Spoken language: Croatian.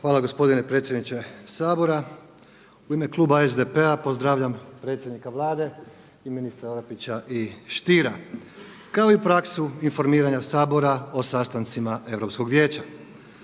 Hvala gospodine predsjedniče Sabora. U ime kluba SDP-a pozdravljam predsjednika Vlade i ministre Orepića i Stiera kao i praksu informiranja Sabora o sastancima Europskog vijeća.